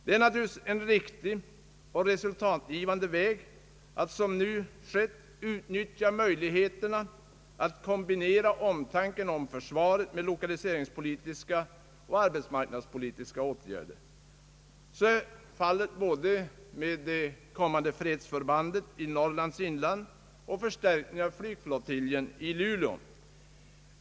Det är naturligtvis en riktig och resultatgivande väg att, som nu skett, utnyttja möjligheterna att kombinera omtanken om försvaret med lokaliseringspolitiska och arbetsmarknadspolitiska åtgärder. Så är fallet både med det kommande fredsförbandet i Norrlands inland och förstärkningen av flygflottiljen i Luleå.